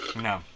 No